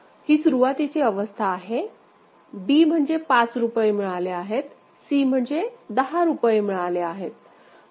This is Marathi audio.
ही सुरुवातीची अवस्था आहे b म्हणजे पाच रुपये मिळाले आहेत c म्हणजे दहा रुपये मिळाले आहेत